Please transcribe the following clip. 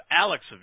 Alex